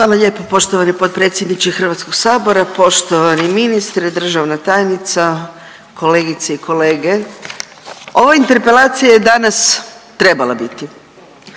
Hvala lijepo poštovani potpredsjedniče HS-a, poštovani ministre, državna tajnica, kolegice i kolege. Ova Interpelacija je danas trebala biti.